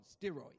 steroids